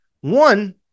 One